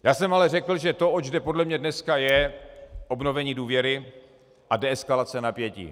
Já jsem ale řekl, že to, oč jde podle mě dneska, je obnovení důvěry a deeskalace napětí.